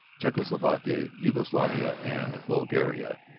czechoslovakia, jugoslavia, and bulgaria.